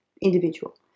individual